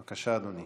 בבקשה, אדוני.